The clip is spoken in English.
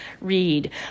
read